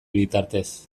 bitartez